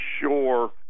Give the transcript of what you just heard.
sure